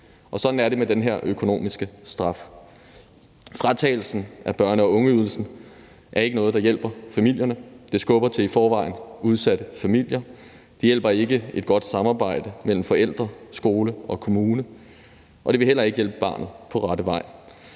og sådan er det med den her økonomiske straf. Fratagelsen af børne- og ungeydelsen er ikke noget, der hjælper familierne, men det skubber til i forvejen udsatte familier. Det hjælper ikke et godt samarbejde mellem forældre, skole og kommune, og det vil heller ikke hjælpe barnet på rette vej,